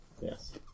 Yes